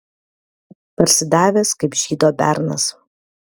parsidavęs kaip žydo bernas